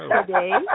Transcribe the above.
Today